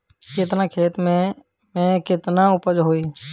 केतना खेत में में केतना उपज होई?